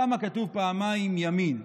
למה כתוב פעמיים "ימין"?